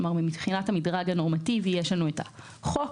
כלומר מבחינת המדרג הנורמטיבי יש לנו את החוק,